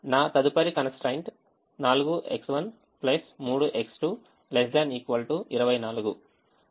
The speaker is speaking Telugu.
నా తదుపరి constraint 4X1 3X2 ≤ 24